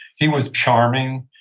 he was charming.